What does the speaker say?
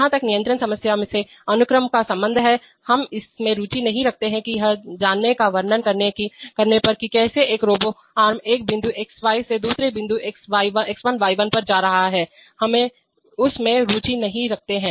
जहां तक नियंत्रण समस्या से अनुक्रम का संबंध है हम इसमें रुचि नहीं रखते हैं यह जानने या वर्णन करने पर कि कैसे एक रोबो आर्म एक बिंदु xy से दूसरे बिंदु X1y1 पर जा रहा है हम उस में रुचि नहीं रखते हैं